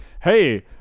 hey